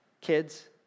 kids